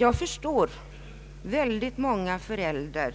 Jag förstår att det för många föräldrar,